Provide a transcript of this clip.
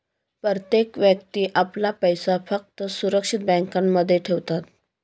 प्रत्येक व्यक्ती आपला पैसा फक्त सुरक्षित बँकांमध्ये ठेवतात